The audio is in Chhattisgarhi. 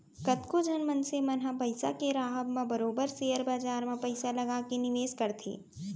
कतको झन मनसे मन ह पइसा के राहब म बरोबर सेयर बजार म पइसा लगा के निवेस करथे